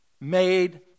made